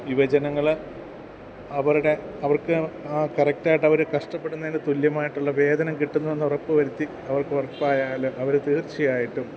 യുവജനങ്ങൾ അവരുടെ അവർക്ക് കറക്റ്റായിട്ടായിട്ടവർ കഷ്ടപ്പെടുന്നതിനു തുല്യമായിട്ടുള്ള വേതനം കിട്ടുന്നെന്ന് ഉറപ്പുവരുത്തി അവർക്ക് ഉറപ്പായാൽ അവർ തീർച്ചയായിട്ടും